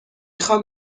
خوام